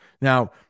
Now